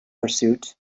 pursuit